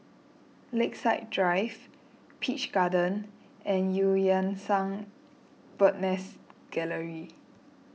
Lakeside Drive Peach Garden and Eu Yan Sang Bird's Nest Gallery